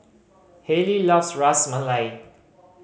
Halley loves Ras Malai